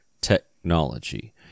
technology